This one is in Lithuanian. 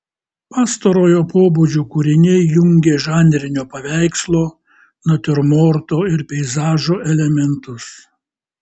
pastarojo pobūdžio kūriniai jungė žanrinio paveikslo natiurmorto ir peizažo elementus